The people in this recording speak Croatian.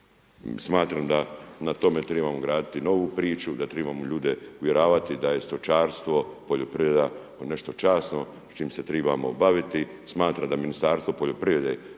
smatram da na tome trebamo graditi novu priču, da trebamo ljude uvjeravati da je stočarstvo, poljoprivreda nešto časno, s čim se trebamo baviti. Smatram da Ministarstvo poljoprivrede